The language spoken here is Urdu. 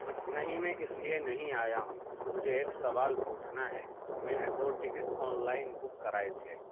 نہیں میں اس لیے نہیں آیا ہوں مجھے ایک سوال پوچھنا ہے میں نے دو ٹکٹ آنلائن بک کرائے تھے